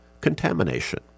Contamination